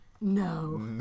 No